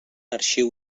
arxiu